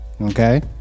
okay